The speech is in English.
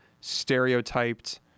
stereotyped